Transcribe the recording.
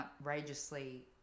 outrageously